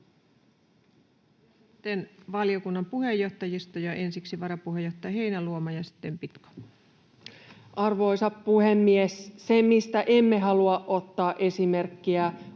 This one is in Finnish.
Sitten valiokunnan puheenjohtajisto. — Ensiksi varapuheenjohtaja Heinäluoma ja sitten Pitko. Arvoisa puhemies! Se, mistä emme halua ottaa esimerkkiä,